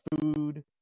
food